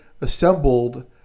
assembled